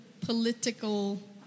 political